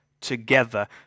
together